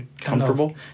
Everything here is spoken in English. comfortable